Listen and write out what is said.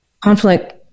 conflict